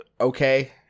Okay